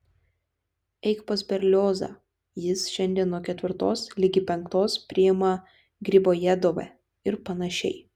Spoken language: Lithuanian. eik pas berliozą jis šiandien nuo ketvirtos ligi penktos priima gribojedove ir panašiai